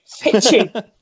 pitching